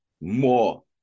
more